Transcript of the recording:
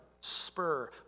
spur